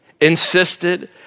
insisted